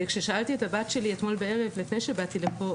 כששאלתי את הבת שלי אתמול בערב לפני שבאתי לפה,